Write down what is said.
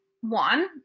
one